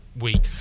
week